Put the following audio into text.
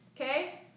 okay